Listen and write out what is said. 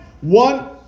One